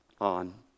on